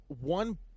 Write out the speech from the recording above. one